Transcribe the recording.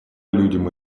людям